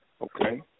okay